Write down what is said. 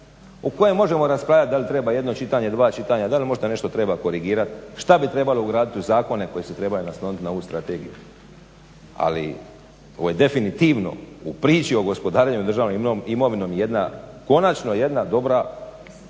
u kojem možemo raspravljat da li treba jedno čitanje, dva čitanja, da li možda nešto treba korigirat, šta bi trebalo ugradit u zakone koji se trebaju naslonit na ovu strategiju. Ali ovo je definitivno u priči o gospodarenju državnom imovinom jedna, konačno jedna dobra prva